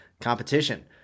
competition